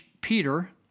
Peter